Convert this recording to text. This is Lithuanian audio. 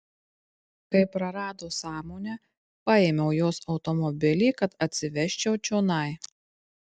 kai prarado sąmonę paėmiau jos automobilį kad atsivežčiau čionai